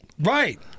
Right